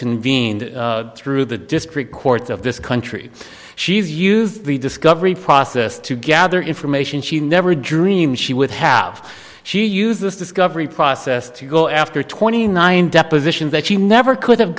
convened through the district courts of this country she views the discovery process to gather information she never dreamed she would have she used this discovery process to go after twenty nine depositions that she never could have